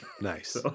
Nice